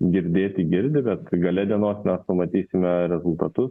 girdėti girdi bet gale dienos pamatysime rezultatus